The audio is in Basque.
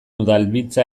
udalbiltza